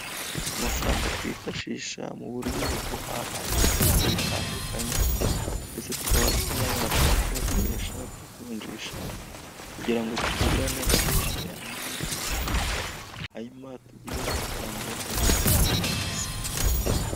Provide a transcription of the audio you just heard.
Amafaranga twifashisha muburyo bwo guhaha ibicuruzwa bitandukanye ndetse tukaba tunabasha kuyakoresha tuvunjisha kugira ngo tugirane ubuhahirane n'ibindi bihugu, hanyuma tugire iterambere muburyo bwihuse.